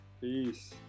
Peace